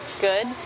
good